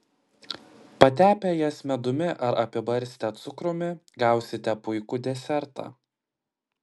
patepę jas medumi ar apibarstę cukrumi gausite puikų desertą